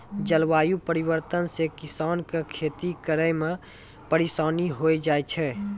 जलवायु परिवर्तन से किसान के खेती करै मे परिसानी होय जाय छै